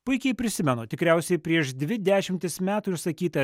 puikiai prisimenu tikriausiai prieš dvi dešimtis metų išsakytą